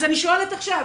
אז אני שואלת עכשיו,